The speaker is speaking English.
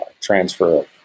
transfer